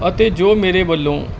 ਅਤੇ ਜੋ ਮੇਰੇ ਵੱਲੋਂ